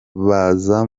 baza